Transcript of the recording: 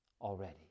already